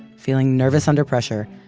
feeling nervous under pressure,